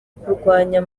kurwanya